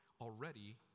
already